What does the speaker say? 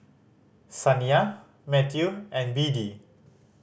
Saniyah Mathew and Beadie